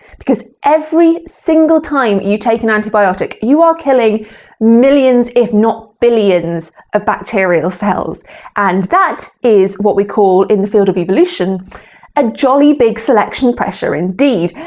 because every single time you take an antibiotic you are killing millions if not billions of bacterial cells and that is what we call in the field of evolution a and jolly big selection pressure indeed.